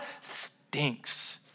stinks